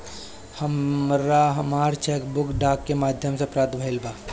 हमरा हमर cheque book डाक के माध्यम से प्राप्त भईल बा